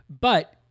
But-